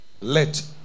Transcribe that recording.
Let